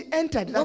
entered